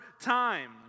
time